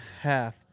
half